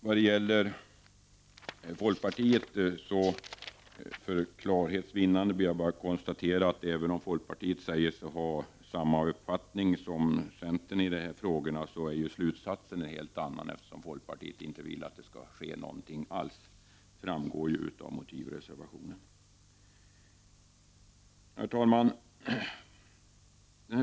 Vad gäller folkpartiets förslag konstaterar jag för klarhetens skull bara att även om folkpartiet säger sig ha samma uppfattning som centern i de här frågorna så är slutsatsen en helt annan, eftersom folkpartiet inte vill att det skall ske någonting alls. Det framgår ju av motivreservationen. Herr talman!